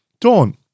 Dawn